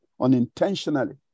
unintentionally